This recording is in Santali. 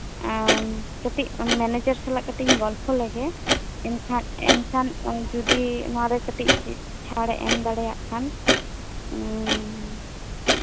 ᱟᱢ ᱠᱟᱹᱴᱤᱡ ᱢᱮᱱᱮᱡᱟᱨ ᱥᱟᱞᱟᱜ ᱠᱟᱹᱴᱤᱡ ᱤᱧ ᱜᱚᱞᱯᱷᱚ ᱞᱮᱜᱮ ᱮᱱᱠᱷᱟᱱ ᱮᱱᱠᱷᱟᱱ ᱡᱚᱫᱤ ᱚᱱᱟᱨᱮ ᱠᱟᱹᱴᱤᱡ ᱪᱷᱟᱲ ᱮ ᱮᱢ ᱫᱟᱲᱮᱭᱟᱜ ᱠᱷᱟᱱ ᱦᱮᱸ